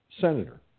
senator